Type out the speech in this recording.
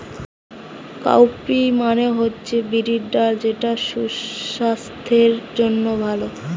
cowpea মানে হচ্ছে বিরির ডাল যেটা সুসাস্থের জন্যে ভালো